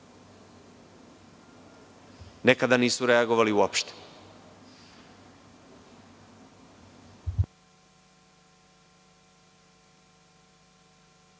Nekada nisu reagovali uopšte.